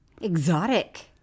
Exotic